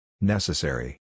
Necessary